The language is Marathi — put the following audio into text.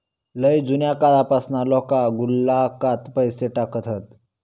लय जुन्या काळापासना लोका गुल्लकात पैसे टाकत हत